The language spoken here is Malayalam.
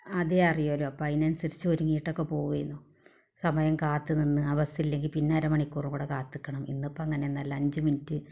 ആദ്യമേ അറിയാമല്ലൊ അപ്പോൾ അതിന് അനുസരിച്ച് ഒരുങ്ങിട്ടൊക്കെ പോയിരുന്നു സമയം കാത്ത് നിന്ന് ആ ബസ്സില്ലെങ്കിൽ പിന്നര മണിക്കൂറ് കൂടെ കാത്ത് നിൽക്കണം ഇന്ന് ഇപ്പോൾ അങ്ങേയൊന്നുമല്ല അഞ്ച് മിന്റ്റ്